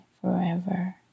forever